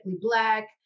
Black